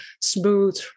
smooth